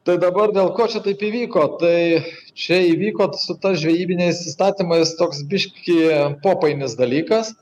tai dabar dėl ko čia taip įvyko tai čia įvyko su ta žvejybiniais įstatymais toks biškį popainis dalykas